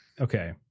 Okay